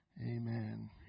Amen